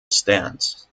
stance